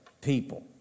people